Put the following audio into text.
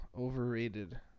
Overrated